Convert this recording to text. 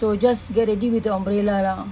so just get ready with your umbrella lah